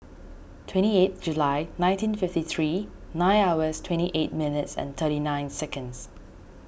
twenty eight July nineteen fifty three nine hours twenty eight minutes and thirty nine seconds